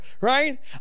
right